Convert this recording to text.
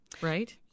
right